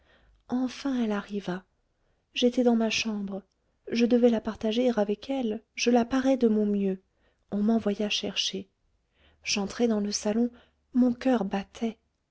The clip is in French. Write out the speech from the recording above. enfin elle arriva j'étais dans ma chambre je devais la partager avec elle je la parais de mon mieux on m'envoya chercher j'entrai dans le salon mon coeur battait